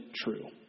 true